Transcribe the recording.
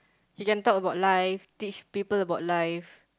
you can talk about life teach people about life